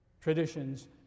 traditions